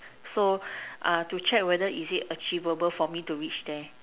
so uh to check whether is it achievable for me to reach there